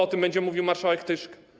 O tym będzie mówił marszałek Tyszka.